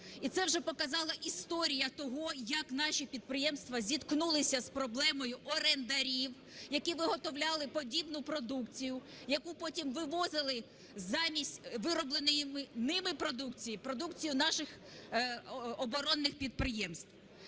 І це вже показала історія того, як наші підприємства зіткнулися з проблемою орендарів, які виготовляли подібну продукцію, яку потім вивозили, замість виробленої ними продукції – продукцію наших оборонних підприємств.